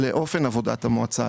לאופן עבודת המועצה,